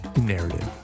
Narrative